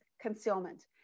concealment